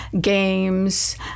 games